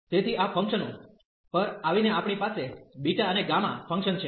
તેથી આ ફંક્શનો પર આવીને આપણી પાસે બીટા અને ગામા ફંકશન છે